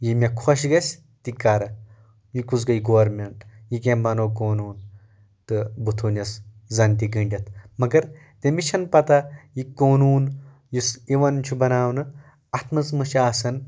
یہِ مےٚ خۄش گژھِ تہِ کرٕ یہِ کُس گٔیے گورنمینٹ یہِ کٔمۍ بنٛوٚو قونوٗن تہٕ بہٕ تھوٚو نس زنتہِ گٔنِڈتھ مگر تٔمِس چھنہٕ پتہ یہِ قونوٗن یُس یِوان چھُ بناونہٕ اتھ منٛز مہ چھِ آسان